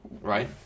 Right